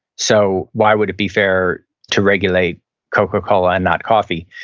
so why would it be fair to regulate coca-cola and not coffee.